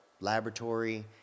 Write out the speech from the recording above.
laboratory